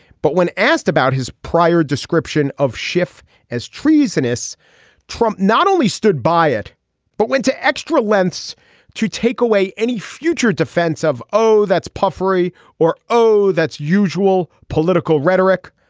but when asked about his prior description of schiff as treasonous trump not only stood by it but went to extra lengths to take away any future defense of oh that's puffery or oh that's usual political rhetoric.